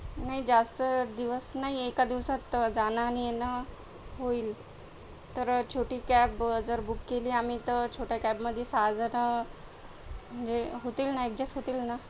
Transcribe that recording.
नाही जास्त दिवस नाहीये एका दिवसात जाणं आणि येणं होईल तर छोटी कॅब जर बुक केली आम्ही तर छोट्या कॅबमध्ये सहा जण म्हंजे होतील ना ॲडजस्ट होतील ना